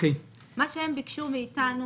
הם ביקשו מאיתנו